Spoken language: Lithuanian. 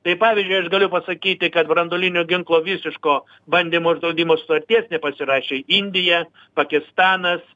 tai pavyzdžiui aš galiu pasakyti kad branduolinio ginklo visiško bandymų uždraudimo sutarties nepasirašė indija pakistanas